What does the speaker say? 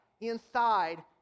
inside